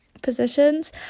positions